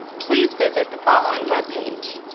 please visit the following web page.